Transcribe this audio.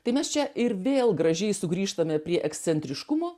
tai mes čia ir vėl gražiai sugrįžtame prie ekscentriškumo